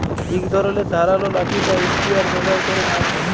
ইক ধরলের ধারালো লাঠি বা ইসপিয়ার ব্যাভার ক্যরে মাছ ধ্যরে